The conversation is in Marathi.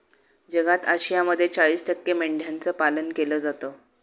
जगात आशियामध्ये चाळीस टक्के मेंढ्यांचं पालन केलं जातं